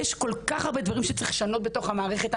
יש כל כך הרבה דברים שצריך לשנות בתוך המערכת,